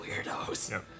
Weirdos